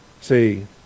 See